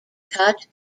cut